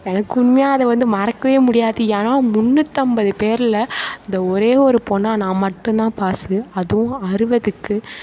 எனக்கு உண்மையாக அதை வந்து மறக்கவே முடியாது ஏன்னால் முன்னுாற்றம்பது பேரில் இந்த ஒரே ஒரு பொண்ணா நான் மட்டும்தான் பாஸ் அதுவும் அறுபதுக்கு